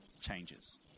changes